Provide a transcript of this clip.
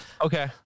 Okay